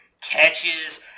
catches